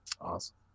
Awesome